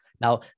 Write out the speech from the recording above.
Now